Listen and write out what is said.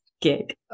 gig